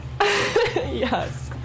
Yes